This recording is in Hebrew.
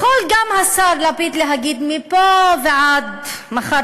יכול גם השר לפיד להגיד מפה ועד מחר